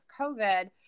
COVID